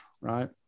right